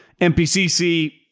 MPCC